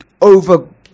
over